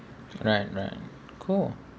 right right cool